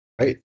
Right